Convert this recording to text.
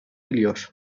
biliyor